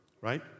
right